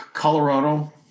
Colorado